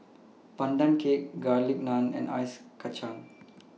Pandan Cake Garlic Naan and Ice Kachang